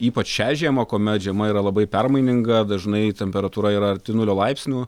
ypač šią žiemą kuomet žiema yra labai permaininga dažnai temperatūra yra arti nulio laipsnių